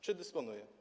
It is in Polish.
Czy dysponuje?